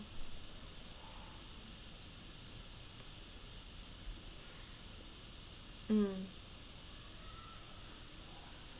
mm